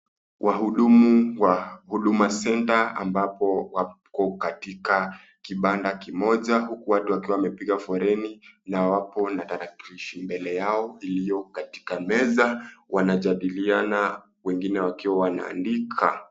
Wahudumu wa Huduma center ambapo wapo katika kipanda kimoja huku watu wakiwa wamepiga foleni na wapo na tarakilishi mbele yao iliyo katika meza. Wanajadiliana wengine wakiwa wanaandika.